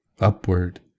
upward